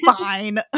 Fine